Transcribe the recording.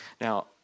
Now